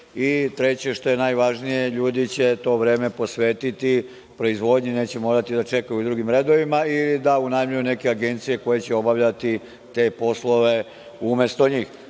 i treće, što je najvažnije, ljudi će to vreme posvetiti proizvodnji, neće morati da čekaju u dugim redovima i da unajmljuju neke agencije koje će obavljati te poslove umesto njih.